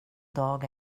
dag